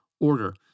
order